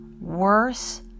worse